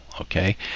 okay